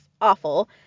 awful